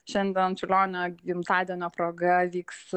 šiandien čiurlionio gimtadienio proga vyks